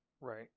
Right